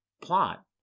plot